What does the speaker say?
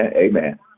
amen